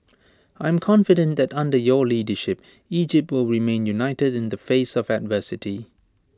I am confident that under your leadership Egypt will remain united in the face of adversity